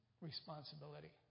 responsibility